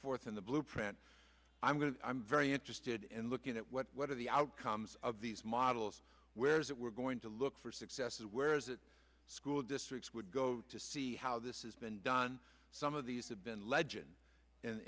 forth in the blueprint i'm going to i'm very interested in looking at what what are the outcomes of these models where's it we're going to look for successes where is it school districts would go to see how this has been done some of these have been legend and